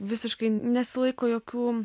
visiškai nesilaiko jokių